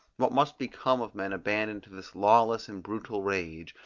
what must become of men abandoned to this lawless and brutal rage,